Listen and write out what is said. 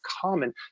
common